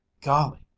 Golly